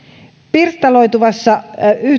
pirstaloituvassa